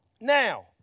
Now